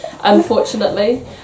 unfortunately